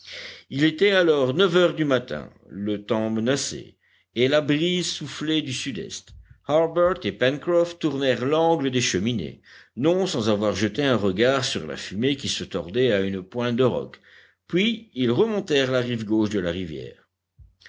il était alors neuf heures du matin le temps menaçait et la brise soufflait du sud-est harbert et pencroff tournèrent l'angle des cheminées non sans avoir jeté un regard sur la fumée qui se tordait à une pointe de roc puis ils remontèrent la rive gauche de la rivière